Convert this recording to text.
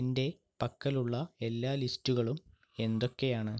എന്റെ പക്കലുള്ള എല്ലാ ലിസ്റ്റുകളും എന്തൊക്കെയാണ്